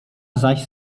zaś